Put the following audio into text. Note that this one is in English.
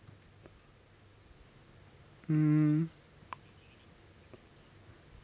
mm